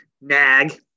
Nag